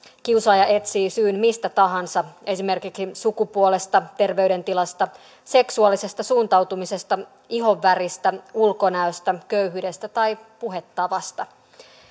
kiusaaja etsii syyn mistä tahansa esimerkiksi sukupuolesta terveydentilasta seksuaalisesta suuntautumisesta ihonväristä ulkonäöstä köyhyydestä tai puhetavasta